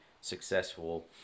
successful